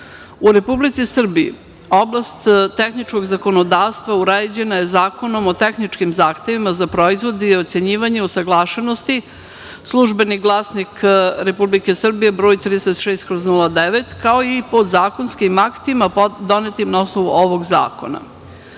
u Republici Srbiji, oblast tehničkog zakonodavstva uređena je Zakonom o tehničkim zahtevima za proizvode i ocenjivanje usaglašenosti, „Službeni glasnik Republike Srbije“ br.36/09, kao i podzakonskim aktima donetim na osnovu ovog zakona. Imajući